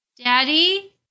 Daddy